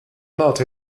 not